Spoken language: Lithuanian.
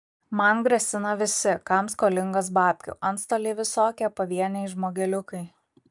man grasina visi kam skolingas babkių antstoliai visokie pavieniai žmogeliukai